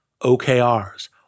OKRs